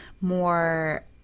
more